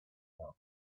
now